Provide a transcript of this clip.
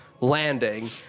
landing